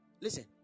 Listen